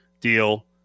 deal